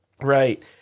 Right